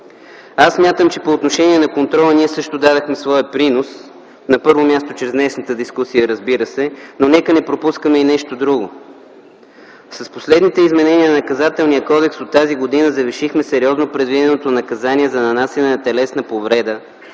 Аз смятам, че по отношение на контрола ние също дадохме своя принос, на първо място, чрез днешната дискусия. Но нека не пропускаме и нещо друго. С последните изменения на Наказателния кодекс от тази година завишихме сериозно предвиденото наказание за нанасяне на телесна повреда